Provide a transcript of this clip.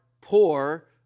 poor